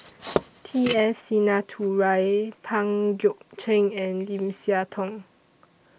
T S Sinnathuray Pang Guek Cheng and Lim Siah Tong